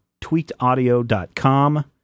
tweakedaudio.com